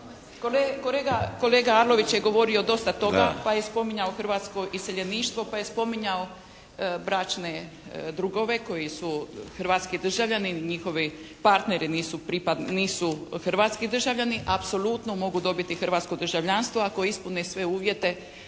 Kolega Arlović je govorio dosta toga pa je spominjao hrvatsko iseljeništvo, pa je spominjao bračne drugove koji su hrvatski državljani i njihovi partneri nisu hrvatski državljani apsolutno mogu dobiti hrvatsko državljanstvo ako ispune sve uvjete